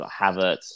Havertz